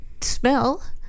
smell